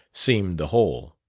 seemed the whole.